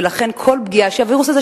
ולכן כל פגיעה של הווירוס הזה,